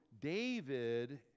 David